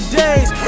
days